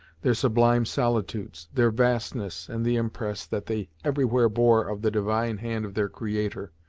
their sublime solitudes, their vastness, and the impress that they everywhere bore of the divine hand of their creator.